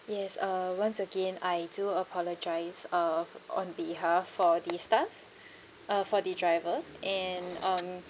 yes uh once again I do apologise uh on behalf for the staff uh for the driver and um